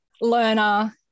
learner